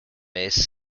mace